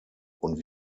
und